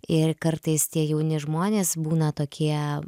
ir kartais tie jauni žmonės būna tokie